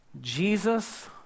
Jesus